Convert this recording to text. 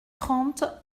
trente